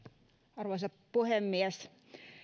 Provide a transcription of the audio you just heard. arvoisa puhemies